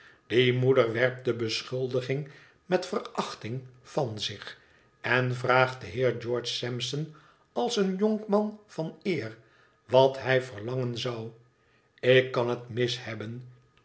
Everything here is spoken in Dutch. die moeder werpt de beschuldiging met verachting van zich en vraagt den heer george sampson als een jonkman van eer wat hij verlangen zou ik kan het mis hebben